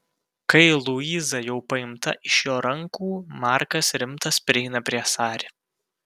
kai luiza jau paimta iš jo rankų markas rimtas prieina prie sari